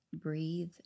breathe